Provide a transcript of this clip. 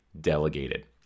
delegated